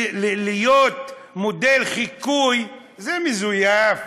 להיות מודל לחיקוי זה מזויף,